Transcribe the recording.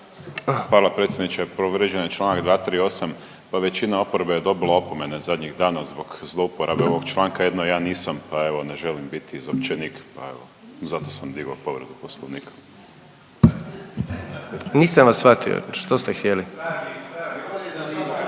Hvala predsjedniče, povrijeđen je čl. 238. Pa većina oporbe je dobila opomene zadnjih dana zbog zlouporabe ovog članka, jedino ja nisam, pa evo, ne želim biti izopćenik, pa evo, zato sam digao povredu Poslovnika. **Jandroković, Gordan (HDZ)** Nisam, nisam